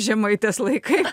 žemaitės laikai